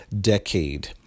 decade